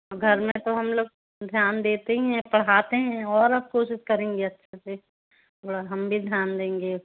घर में तो हम लोग ध्यान देते ही हैं पढाते हैं और अब कोशिश करेंगे अच्छे से थोड़ा हम भी ध्यान देंगे